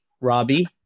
robbie